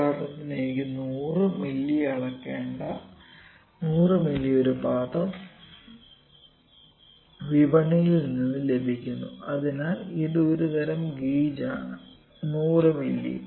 ഉദാഹരണത്തിന് എനിക്ക് 100 മില്ലി അളക്കേണ്ട 100 മില്ലി ഒരു പാത്രം വിപണിയിൽ നിന്ന് ലഭിക്കുന്നു അതിനാൽ ഇത് ഒരു തരം ഗേജ് ആണ് 100 മില്ലി